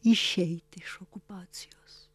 išeiti iš okupacijos